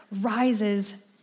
rises